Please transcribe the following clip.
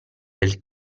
del